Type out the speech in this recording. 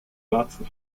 warzen